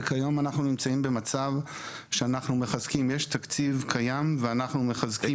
וכיום אנחנו נמצאים שיש תקציב קיים ואנחנו מחזקים